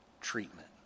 treatment